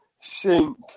sink